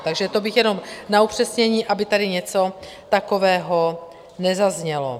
Takže to bych jenom na upřesnění, aby tady něco takového nezaznělo.